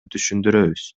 түшүндүрөбүз